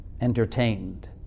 entertained